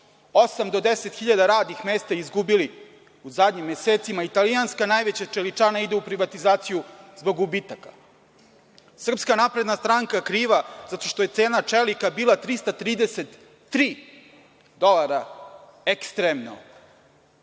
hiljada radnih mesta su izgubili u zadnjim mesecima. Italijanska najveća čeličana ide u privatizaciju zbog gubitaka. Srpska napredna stranka je kriva što je cena čelika bila 333 dolara ekstremno.